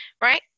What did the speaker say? Right